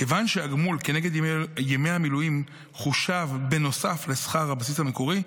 כיוון שהגמול כנגד ימי המילואים חושב נוסף על שכר הבסיס המקורי.